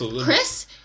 Chris